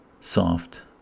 soft